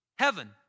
heaven